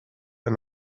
and